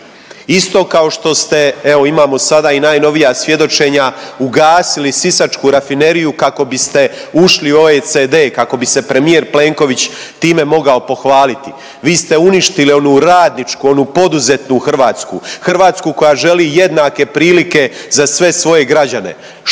Isto kao što ste, evo imamo sada i najnovija svjedočenja ugasili Sisačku rafineriju kako biste ušli u OECD, kako bi se premijer Plenković time mogao pohvaliti. Vi ste uništili onu radničku, onu poduzetnu Hrvatsku, Hrvatsku koja želi jednake prilike za sve svoje građane.